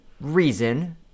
reason